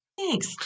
Thanks